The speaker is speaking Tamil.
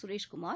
சுரேஷ்குமார்